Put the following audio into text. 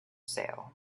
sale